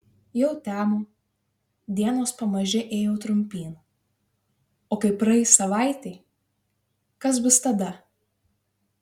jau temo dienos pamaži ėjo trumpyn o kai praeis savaitė kas bus tada